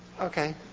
Okay